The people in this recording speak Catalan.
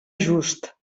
just